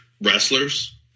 wrestlers